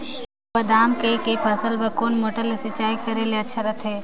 बादाम के के फसल बार कोन मोटर ले सिंचाई करे ले अच्छा रथे?